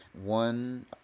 One